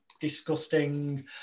disgusting